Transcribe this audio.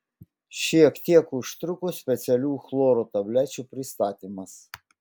šiek tiek užtruko specialių chloro tablečių pristatymas